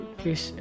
fish